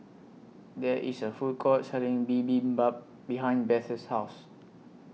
There IS A Food Court Selling Bibimbap behind Beth's House